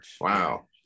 wow